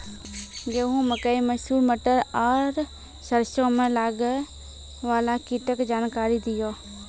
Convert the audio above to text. गेहूँ, मकई, मसूर, मटर आर सरसों मे लागै वाला कीटक जानकरी दियो?